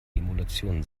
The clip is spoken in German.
emulation